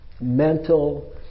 mental